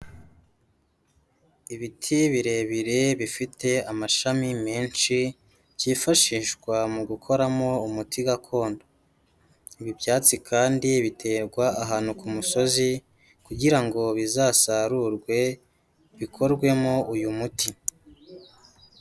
Ibiti birebire bifite amashami menshi, byifashishwa mu gukoramo umuti gakondo. Ibi byatsi kandi biterwa ahantu ku musozi kugira ngo bizasarurwe bikorwemo uyu muti.